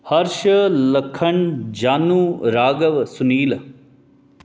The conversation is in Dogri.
हर्ष लक्खन जानू रागव सनील